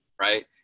Right